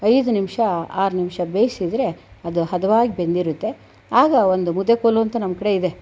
ಒಂದು ಐದು ನಿಮಿಷ ಆರು ನಿಮಿಷ ಬೇಯ್ಸಿದರೆ ಅದು ಹದವಾಗಿ ಬೆಂದಿರುತ್ತೆ ಆಗ ಒಂದು ಮುದ್ದೆ ಕೋಲು ಅಂತ ನಮ್ಮ ಕಡೆಯಿದೆ